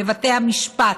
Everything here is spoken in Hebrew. בבתי המשפט,